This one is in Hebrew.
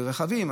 ברכבים,